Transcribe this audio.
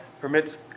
permits